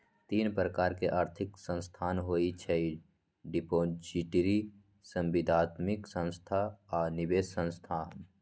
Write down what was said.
तीन प्रकार के आर्थिक संस्थान होइ छइ डिपॉजिटरी, संविदात्मक संस्था आऽ निवेश संस्थान